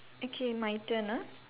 okay my turn ah